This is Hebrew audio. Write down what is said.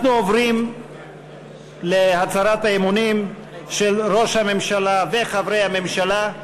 אנחנו עוברים להצהרת האמונים של ראש הממשלה וחברי הממשלה.